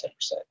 10%